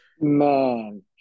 Man